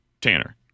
Tanner